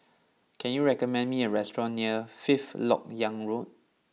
can you recommend me a restaurant near Fifth Lok Yang Road